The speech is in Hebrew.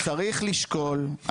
צריך לשקול,